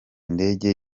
ndege